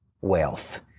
wealth